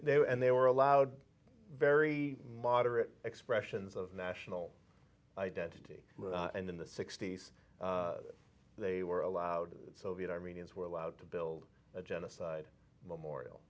were and they were allowed very moderate expressions of national identity and in the sixty's they were allowed soviet armenians were allowed to build a genocide memorial